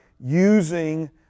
using